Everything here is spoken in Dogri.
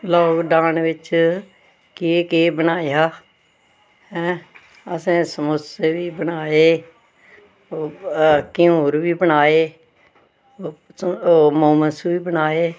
लाकडाउन बिच्च केह् केह् बनाया हैं असें समोसे बी बनाए घ्यूर बी बनाए ओह् मोमोस बी बनाए